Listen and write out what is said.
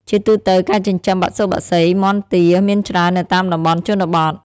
ជាទូទៅ ការចិញ្ចឹមបសុបក្សីមាន់ទាមានច្រើននៅតាមតំបន់ជនបទ